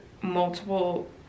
multiple